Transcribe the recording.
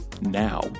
now